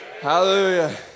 Hallelujah